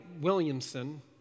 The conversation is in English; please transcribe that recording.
Williamson